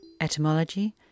Etymology